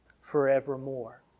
forevermore